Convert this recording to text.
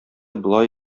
болай